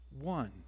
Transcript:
One